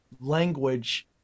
language